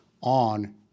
on